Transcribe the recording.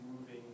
moving